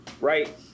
right